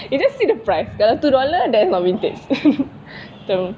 you just see the price kalau two dollar that's not vintage macam